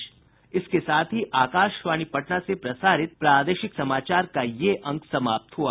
इसके साथ ही आकाशवाणी पटना से प्रसारित प्रादेशिक समाचार का ये अंक समाप्त हुआ